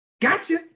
gotcha